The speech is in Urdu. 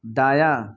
دایاں